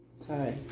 Sorry